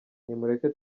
nimureke